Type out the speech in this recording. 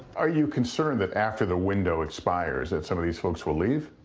are you concerned that after the window expires that some of these folks will leave?